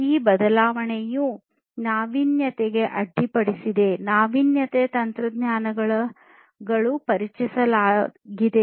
ಈ ಬದಲಾವಣೆಯು ನಾವೀನ್ಯತೆ ಅಡ್ಡಿಪಡಿಸಿದೆ ನಾವೀನ್ಯತೆ ತಂತ್ರಜ್ಞಾನಗಳು ಪರಿಚಯಿಸಲಾಗಿದೆ